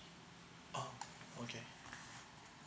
oh okay